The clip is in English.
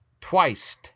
Twice